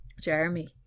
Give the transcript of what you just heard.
Jeremy